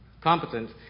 competent